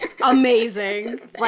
amazing